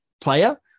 player